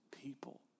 people